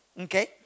okay